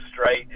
straight